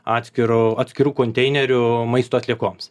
atskiro atskirų konteinerių maisto atliekoms